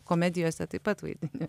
komedijose taip pat vaidini